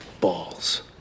Balls